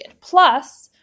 Plus